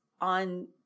on